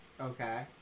Okay